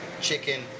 chicken